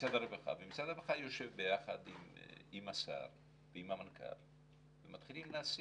משרד הרווחה ומשרד הרווחה יושב ביחד עם השר ועם המנכ"ל ומתחילים להסיט.